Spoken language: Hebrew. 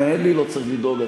לי לא צריך לדאוג,